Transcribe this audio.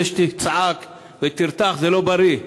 זה שתצעק ותרתח זה לא בריא.